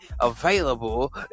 available